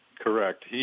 Correct